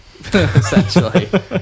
Essentially